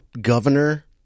governor